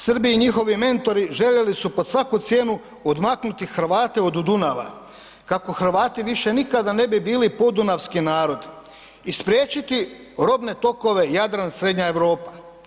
Srbi i njihovi mentori željeli su pod svaku cijenu odmaknuti Hrvate od Dunava kako Hrvati više nikada ne bi bili podunavski narod i spriječiti robne tokove Jadran – Srednja Europa.